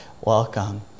welcome